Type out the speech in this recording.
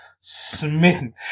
Smitten